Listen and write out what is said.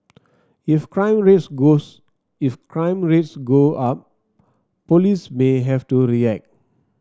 if crime rates goes if crime rates go up police may have to react